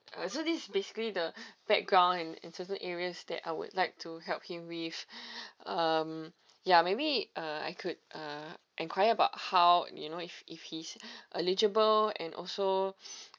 uh so this basically the background and and certain areas that I would like to help him with um ya maybe uh I could uh inquire about how you know if if he's eligible and also